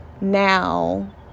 now